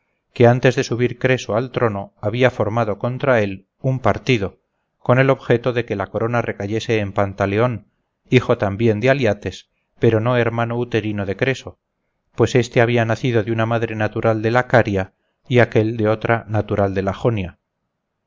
que antes de subir creso al trono había formado contra él un partido con el objeto de que la corona recayese en pantaleon hijo también de aliates pero no hermano uterino de creso pues éste había nacido de una madre natural de la caria y aquél de otra natural de la jonia